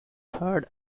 third